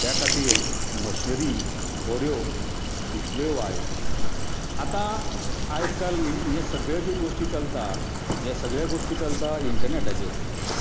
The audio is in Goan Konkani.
त्या खातीर मशिनरी बऱ्यो तितल्यो वायट आतां आयज काल हे सगळ्यो ज्यो गोश्टी चलता हे सगळ्यो गोश्टी चलता इन्टर्नेटाचेर